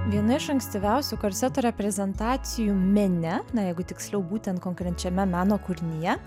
viena iš ankstyviausių korseto reprezentacijų mene na jeigu tiksliau būtent konkrečiame meno kūrinyje